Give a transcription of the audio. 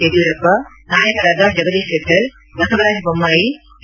ಯಡಿಯೂರಪ್ಪ ನಾಯಕರಾದ ಜಗದೀಶ್ ಶೆಟ್ಟರ್ ಬಸವರಾಜ ಬೊಮ್ನಾಯಿ ಕೆ